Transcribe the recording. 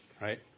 Right